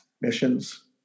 missions